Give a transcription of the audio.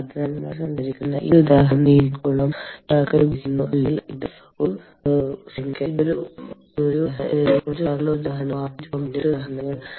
അതിനാൽ നമ്മൾ സംസാരിക്കുന്ന ഈ ഉദാഹരണം നീന്തൽക്കുളം ചൂടാക്കാൻ ഉപയോഗിക്കുന്നു അല്ലെങ്കിൽ ഇത് ഒരു നീന്തൽക്കുളം ചൂടാക്കുന്നതിനുള്ള ഒരു ഉദാഹരണമാണ് വാട്ടർ ഹീറ്റ് പമ്പിന് മറ്റ് ഉദാഹരണങ്ങളുണ്ട്